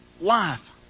life